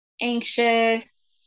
anxious